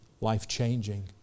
life-changing